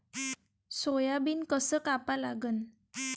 Soybean कस कापा लागन?